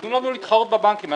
תנו לנו להתחרות בבנקים.